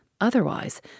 otherwise